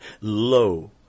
Lo